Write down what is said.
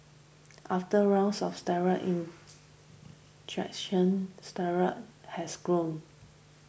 after rounds of steroid injections steroids has grown